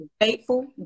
faithful